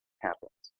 happens.